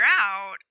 out